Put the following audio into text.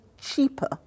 cheaper